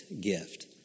gift